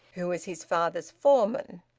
who was his father's foreman.